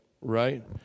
right